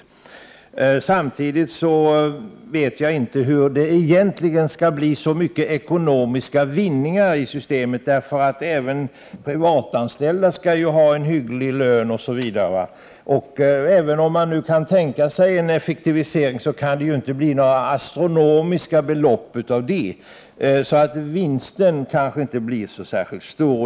Samtidigt vet jag inte hur det egentligen skall kunna bli så stora ekonomiska vinningar. Även privatanställda skall ju ha en hygglig lön osv., eller hur? Även om man kan tänka sig en effektivisering, kan det inte bli några astronomiska belopp av detta, så vinsten kan inte bli särskilt stor.